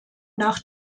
nach